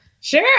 Sure